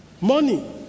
Money